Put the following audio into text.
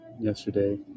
yesterday